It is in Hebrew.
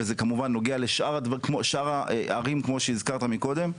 וזה כמובן כמו שאר הערים כמו שהזכרת קודם,